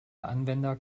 anwender